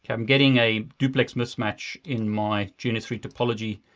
i'm getting a duplex mismatch in my g n s three topology.